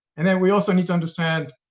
and then we also need to understand,